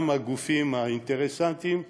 היו גם הגופים האינטרסנטיים,